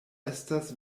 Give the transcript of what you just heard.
estas